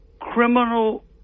criminal